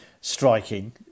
striking